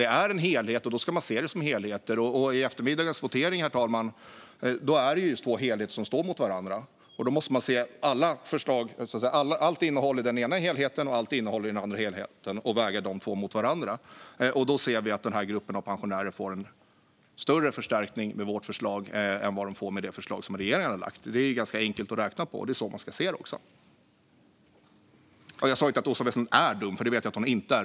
Det är alltså en helhet, och då ska vi se det som en helhet. Herr talman! Vid eftermiddagens votering är det två helheter som står mot varandra. Då måste vi se allt innehåll i den ena helheten och allt innehåll i den andra helheten och väga dem mot varandra. Då ser vi att denna grupp av pensionärer får en större förstärkning med vårt förslag än vad de får med det förslag som regeringen har lagt fram. Det är ganska enkelt att räkna på. Det är så vi ska se det. Jag sa inte att Åsa Westlund är dum, för det vet jag att hon inte är.